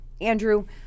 Andrew